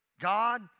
God